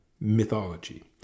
mythology